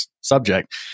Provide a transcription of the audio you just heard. subject